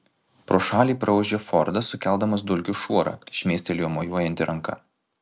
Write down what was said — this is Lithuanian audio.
pro šalį praūžė fordas sukeldamas dulkių šuorą šmėstelėjo mojuojanti ranka